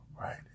right